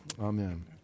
Amen